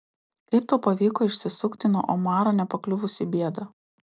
kaip tau pavyko išsisukti nuo omaro nepakliuvus į bėdą